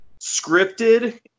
scripted